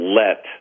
let